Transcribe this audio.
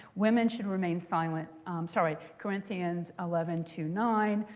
women should remain silent sorry. corinthians eleven two nine,